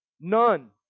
None